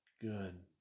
good